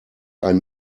einen